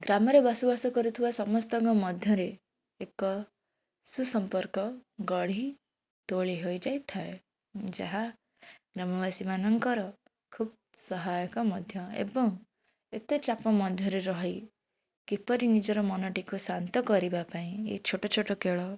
ଗ୍ରାମରେ ବସବାସ କରୁଥିବା ସମସ୍ତଙ୍କ ମଧ୍ୟରେ ଏକ ସୁସମ୍ପର୍କ ଗଢ଼ି ତୋଳି ହୋଇ ଯାଇଥାଏ ଯାହା ଗ୍ରାମବାସୀ ମାନଙ୍କର ଖୁବ୍ ସହାୟକ ମଧ୍ୟ ଏବଂ ଏତେ ଚାପ ମଧ୍ୟରେ ରହି କିପରି ନିଜ ମନଟିକୁ ଶାନ୍ତ କରିବାପାଇଁ ଏଇ ଛୋଟ ଛୋଟ ଖେଳ